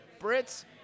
Brits